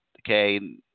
Okay